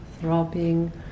throbbing